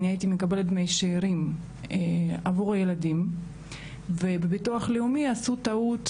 אני הייתי מקבלת דמי שארים עבור הילדים ובביטוח לאומי עשו טעות,